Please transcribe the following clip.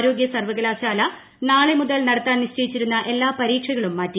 ആരോഗ്യ സർവ്വകലാശാല നാളെ മുതൽ നടത്താൻ നിശ്ചയിച്ചിരിക്കുന്ന എല്ലാ പരീക്ഷകളും മാറ്റി